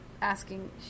asking